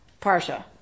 Parsha